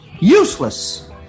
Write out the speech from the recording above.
Useless